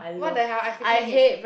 what the hell I freaking hate